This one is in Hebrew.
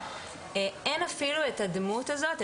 אין אפילו את הדמות הזאת,